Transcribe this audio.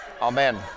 Amen